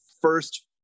first